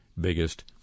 biggest